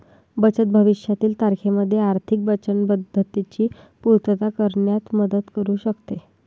बचत भविष्यातील तारखेमध्ये आर्थिक वचनबद्धतेची पूर्तता करण्यात मदत करू शकते